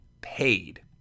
paid